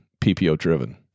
PPO-driven